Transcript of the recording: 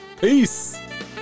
Peace